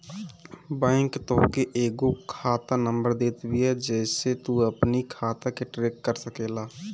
bank तोहके एगो खाता नंबर देत बिया जेसे तू अपनी खाता के ट्रैक कर सकेला